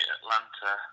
Atlanta